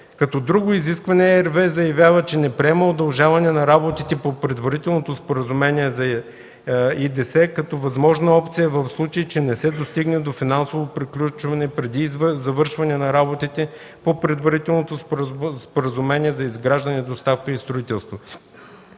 Като друго изискване RWE заявява, че не приема удължаване на работите по предварителното споразумение за ИДС като възможна опция, в случай че не се достигне до финансово приключване преди завършване на работите по предварителното споразумение за изграждане, доставка и строителство.